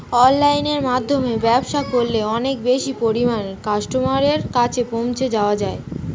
অনলাইনের মাধ্যমে ব্যবসা করলে অনেক বেশি পরিমাণে কাস্টমারের কাছে পৌঁছে যাওয়া যায়?